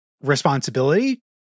responsibility